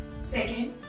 Second